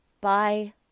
Bye